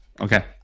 Okay